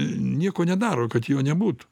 nieko nedaro kad jo nebūtų